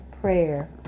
prayer